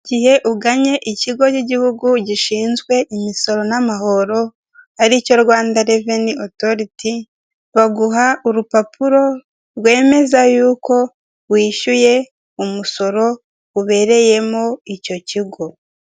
Igihe ugannye ikigo cy'igihugu gishinzwe cy'imisoro n'amahoro aricyo Rwanda Revenue Authority baguha urupapuro rwemeza y'uko wishyuye umusoro ubereyemo icyo kigo.